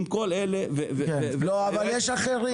אם כל אלה --- לא, אבל יש אחרים.